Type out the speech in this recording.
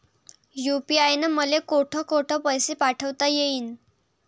UPI न मले कोठ कोठ पैसे पाठवता येईन?